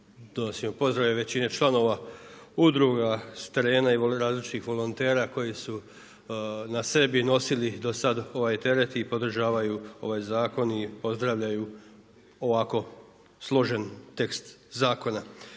donosimo pozdrave većine članova udruga s terena i različitih volontera koji su na sebi nosilo do sada ovaj teret i podržavaju ovaj zakon i pozdravljaju ovako složen tekst zakona.